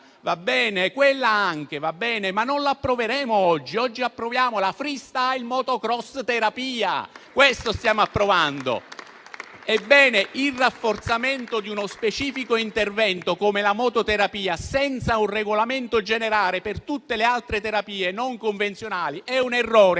noi non l'approveremo. Oggi noi approviamo la *freestyle motocross* terapia: questo stiamo approvando. Ebbene, il rafforzamento di uno specifico intervento come la mototerapia senza un regolamento generale per tutte le altre terapie non convenzionali è un errore